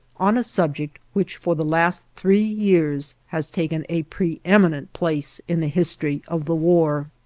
on a subject which for the last three years has taken a preeminent place in the history of the war.